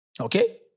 Okay